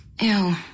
Ew